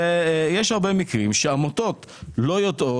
במקרים רבים,